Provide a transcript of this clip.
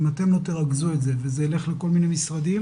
אם אתם לא תרכזו את זה וזה יילך לכל מיני משרדים,